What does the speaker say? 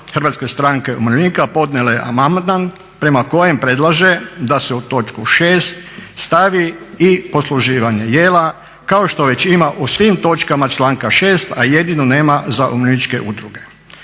HSU-a podnijela je amandman prema kojem predlaže da se u točku 6. stavi i posluživanje jela kao što već ima u svim točkama članka 6., a jedino nema za umirovljeničke udruge.